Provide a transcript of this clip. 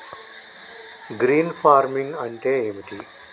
Green farming అంటే ఏమిటి?